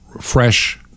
fresh